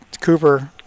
Cooper